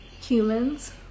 humans